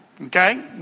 okay